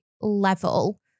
level